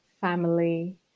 family